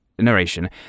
narration